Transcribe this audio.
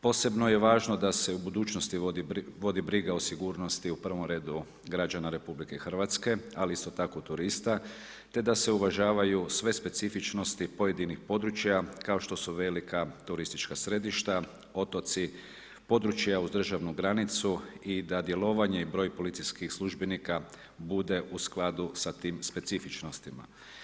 Posebno je važno da se u budućnosti vodi briga o sigurnosti, u prvom redu građana RH, ali isto tako turista, te da se uvažavaju sve specifičnosti pojedinih područja, kao što su velika turistička središta, otoci, područja uz državnu granicu i da djelovanje i broj policijskih službenika, bude u skladu sa tim specifičnostima.